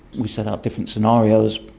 we set out different scenarios,